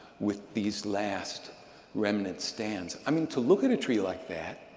with these last remnant stands. i mean, to look at a tree like that,